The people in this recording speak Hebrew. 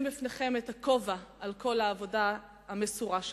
בפניכם את הכובע על כל העבודה המסורה שלכם.